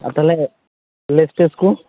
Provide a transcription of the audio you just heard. ᱟᱨ ᱛᱟᱦᱚᱞᱮ ᱞᱮᱯᱥᱮᱥ ᱠᱚ